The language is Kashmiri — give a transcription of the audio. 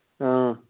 اۭں